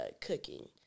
cooking